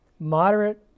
moderate